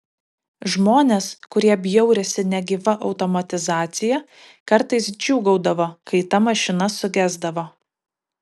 žmonės kurie bjaurisi negyva automatizacija kartais džiūgaudavo kai ta mašina sugesdavo